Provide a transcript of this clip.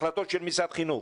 החלטות של משרד החינוך.